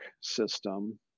system